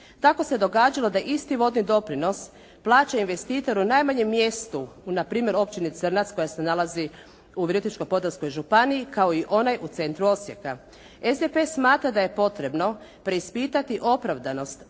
Tako se događalo da isti vodni doprinos plaća investitor u najmanjem mjestu u npr. Općini Crnac koja se nalazi u Virovitičko-podravskoj županiji kao i onaj u centru Osijeka. SDP smatra da je potrebno preispitati opravdanost